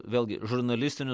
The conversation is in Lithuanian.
vėlgi žurnalistiniu